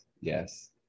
yes